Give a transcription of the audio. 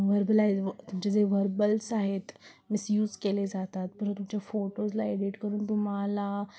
वर्बला तुमचे जे वर्बल्स आहेत मीस यूज केले जातात पन तुमच्या फोटोजला एडिट करून तुम्हाला